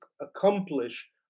accomplish